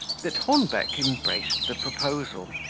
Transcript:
that hornbeck embraced the proposal,